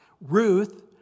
Ruth